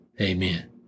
Amen